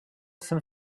some